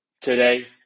today